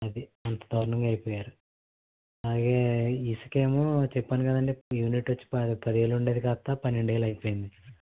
అది అంత దారుణంగా అయిపోయారు అలాగే ఇసకేమో చెప్పాను కదండి యూనిట్ వచ్చి ప పదివేలు ఉండేది కాస్త పన్నెండేలు అయిపోయింది